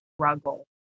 struggle